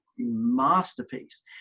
masterpiece